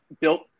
built –